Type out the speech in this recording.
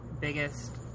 biggest